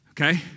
Okay